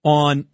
on